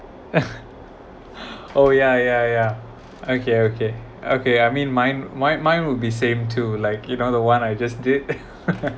oh ya ya ya okay okay okay I mean mine mine mine would be same too like you know the one I just did